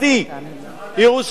ירושלים רבתי.